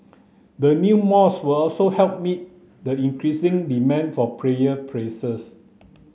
the new will also help meet the increasing demand for prayer